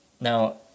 Now